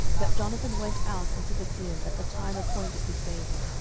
that jonathan went out into the field at the time appointed with david,